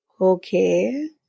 okay